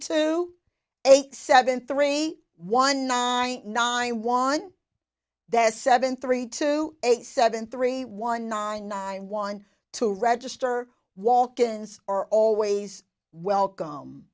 two eight seven three one nine nine want that's seven three two eight seven three one nine nine one to register walk ins are always welcome